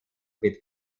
mit